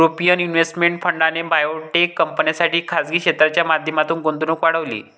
European investment फंडाने biotech कंपन्यांसाठी खासगी क्षेत्राच्या माध्यमातून गुंतवणूक वाढवली